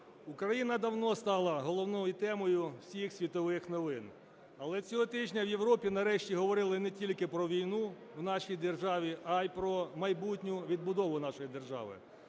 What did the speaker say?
Україна давно стала головною темою всіх світових новин, але цього тижня в Європі нарешті говорили не тільки про війну в нашій державі, а й про майбутню відбудову нашої держави.